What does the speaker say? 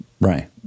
Right